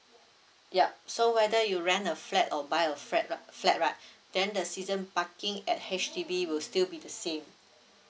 ya so whether you rent a flat or buy a flat uh flat right then the season parking at H_D_B will still be the same